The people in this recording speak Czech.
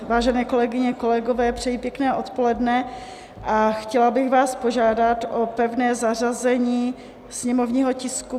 Vážené kolegyně, kolegové, přeji pěkné odpoledne a chtěla bych vás požádat o pevné zařazení sněmovního tisku 593.